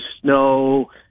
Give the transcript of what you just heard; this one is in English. snow